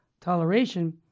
toleration